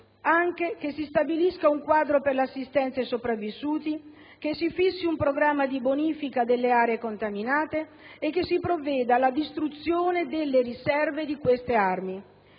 anche che si stabilisca un quadro per l'assistenza ai sopravvissuti, che si fissi un programma di bonifica delle aree contaminate, e che si provveda alla distruzione delle riserve di queste armi.